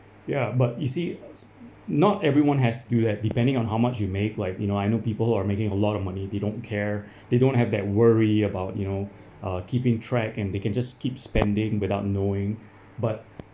ya but you see not everyone has to do that depending on how much you make like you know I know people who are making a lot of money they don't care they don't have that worry about you know uh keeping track and they can just keeps spending without knowing but